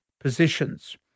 positions